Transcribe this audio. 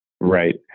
right